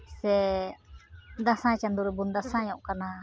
ᱥᱮ ᱫᱟᱸᱥᱟᱭ ᱪᱟᱸᱫᱚ ᱨᱮᱵᱚᱱ ᱫᱟᱸᱥᱟᱭᱚᱜ ᱠᱟᱱᱟ